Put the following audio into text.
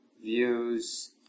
views